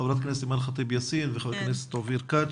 חברת הכנת אימאן ח'טיב יאסין וחבר הכנסת אופיר כץ,